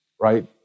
Right